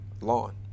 lawn